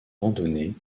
randonnée